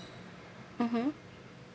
(uh huh)